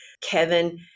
Kevin